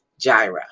Gyra